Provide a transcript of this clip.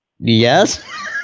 Yes